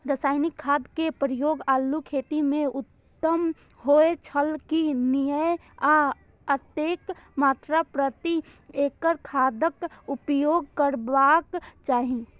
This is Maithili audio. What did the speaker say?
रासायनिक खाद के प्रयोग आलू खेती में उत्तम होय छल की नेय आ कतेक मात्रा प्रति एकड़ खादक उपयोग करबाक चाहि?